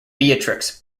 beatrix